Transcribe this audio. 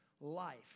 life